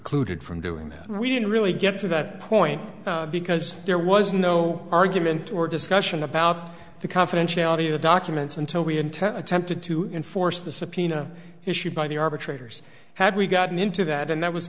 clued from doing that we didn't really get to that point because there was no argument or discussion about the confidentiality of the documents until we intent attempted to enforce the subpoena issued by the arbitrator's had we gotten into that and that was